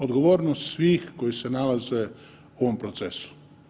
Odgovornost svih koji se nalaze u ovom procesu.